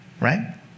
right